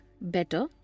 better